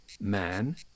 man